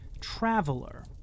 traveler